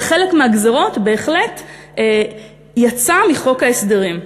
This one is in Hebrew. וחלק מהגזירות בהחלט יצאו מחוק ההסדרים.